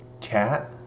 Cat